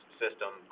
system